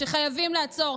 שחייבים לעצור,